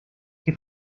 que